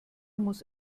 muss